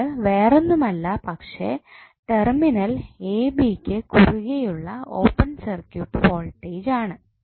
ഇത് വേറൊന്നുമല്ല പക്ഷേ ടെർമിനൽ എബി യ്ക്ക് കുറുകെയുള്ള ഓപ്പൺ സർക്യൂട്ട് വോൾട്ടേജ് ആണ്